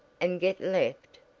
and get left!